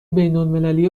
بینالمللی